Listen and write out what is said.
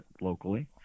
locally